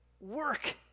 work